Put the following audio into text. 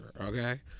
okay